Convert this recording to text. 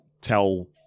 tell